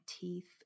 teeth